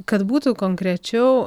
kad būtų konkrečiau